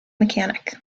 mechanic